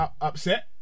upset